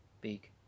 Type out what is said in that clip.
big